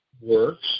works